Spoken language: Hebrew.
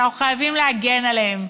שאנחנו חייבים להגן עליהם.